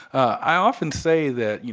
i often say that, you